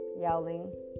yelling